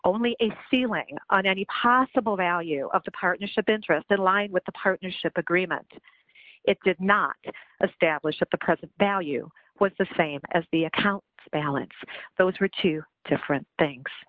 only a ceiling on any possible value of the partnership interest that allied with the partnership agreement it did not establish that the present value was the same as the account balance those were two different things